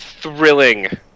thrilling